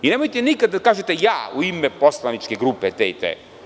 I nemojte nikada da kažete - ja u ime poslaničke grupe te i te.